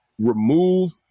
remove